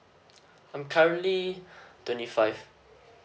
I'm currently twenty five